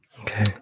Okay